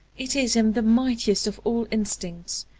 it is in the mightiest of all instincts,